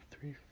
three